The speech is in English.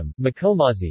Makomazi